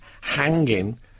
hanging